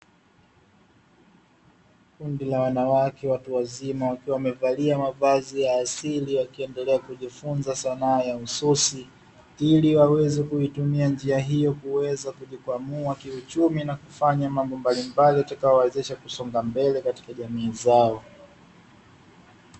Kundi la wanawake watu wazima wakiwa wamevalia mavazi ya asili wakiendelea kujifunza sanaa ya ususi, ili waweze kuitumia njia hiyo kuweza kujikwamua kiuchumi na kufanya mambo mbalimbali yatakayowawezesha kusonga mbele katika jamii zao.